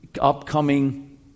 upcoming